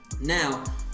Now